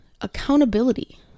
accountability